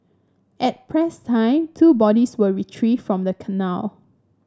at press time two bodies were retrieved from the canal